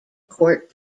court